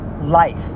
life